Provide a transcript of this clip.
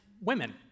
women